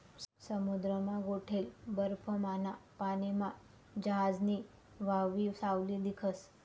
समुद्रमा गोठेल बर्फमाना पानीमा जहाजनी व्हावयी सावली दिखस